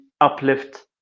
uplift